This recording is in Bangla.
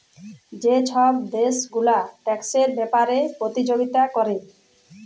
যে ছব দ্যাশ গুলা ট্যাক্সের ব্যাপারে পতিযগিতা ক্যরে